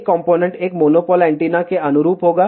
एक कॉम्पोनेन्ट एक monopole antenna के अनुरूप होगा